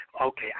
okay